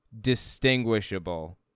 distinguishable